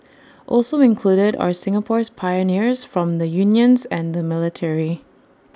also included are Singapore's pioneers from the unions and the military